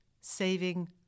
saving